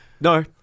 no